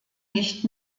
nicht